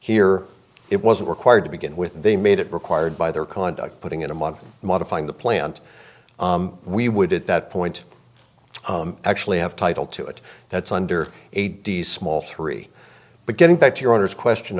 here it wasn't required to begin with they made it required by their conduct putting in a model modifying the plant we would at that point actually have title to it that's under a d small three but getting back to your owner's question